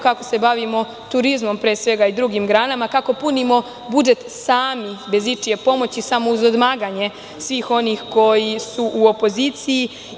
Kako se bavimo turizmo pre svega i drugim granama, kako punimo budžet sami, bez ičije pomoći, samo uz odmaganje svih onih koji su opoziciji.